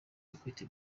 equity